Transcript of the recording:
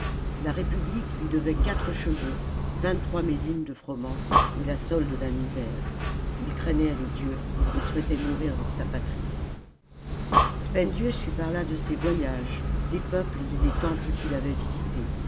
la république lui devait quatre chevaux vingt-trois médimnes de froment et la solde d'un hiver craignait les dieux et souhaitait mourir dans sa patrie spendius lui parla de ses voyages des peuples et des temples qu'il avait visités